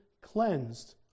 cleansed